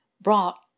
brought